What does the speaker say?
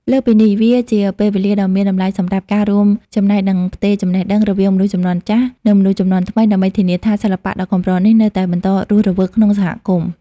លើសពីនេះ វាជាពេលវេលាដ៏មានតម្លៃសម្រាប់ការ រួមចំណែក និង ផ្ទេរចំណេះដឹង រវាងមនុស្សជំនាន់ចាស់ និងមនុស្សជំនាន់ថ្មី ដើម្បីធានាថា សិល្បៈដ៏កម្រនេះនៅតែបន្តរស់រវើកក្នុងសហគមន៍។